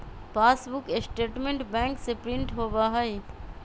passbook statement bank से print होबा हई